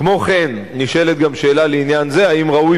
כמו כן נשאלת גם שאלה לעניין זה אם ראוי